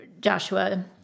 Joshua